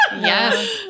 Yes